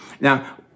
Now